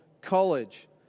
College